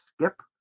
skip